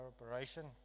operation